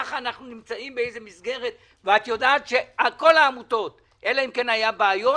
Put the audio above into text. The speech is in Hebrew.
ככה אנחנו נמצאים באיזו מסגרת ואת יודעת שאלא אם כן היו בעיות